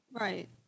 Right